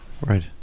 right